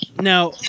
Now